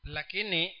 Lakini